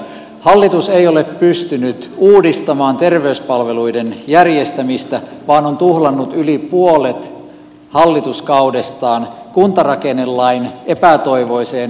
hallitus ei ole pystynyt uudistamaan terveyspalveluiden järjestämistä vaan on tuhlannut yli puolet hallituskaudestaan kuntarakennelain epätoivoiseen läpirunnomiseen